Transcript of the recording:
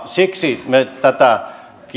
siksi me tätä